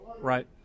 Right